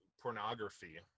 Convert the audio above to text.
pornography